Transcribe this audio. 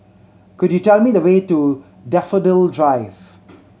could you tell me the way to Daffodil Drive